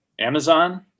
Amazon